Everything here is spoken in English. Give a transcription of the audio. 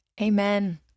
Amen